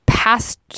past